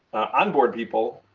onboard people